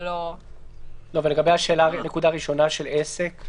זה לא --- ומה לגבי הנקודה הראשונה של עסק.